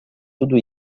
tudo